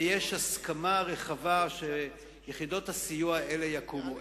ויש הסכמה רחבה שיחידות הסיוע האלה יקומו.